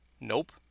nope